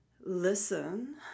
listen